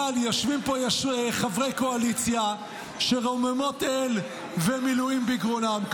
אבל יושבים פה חברי קואליציה שרוממות אל ומילואים בגרונם,